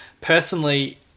personally